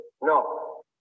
No